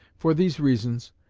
for these reasons,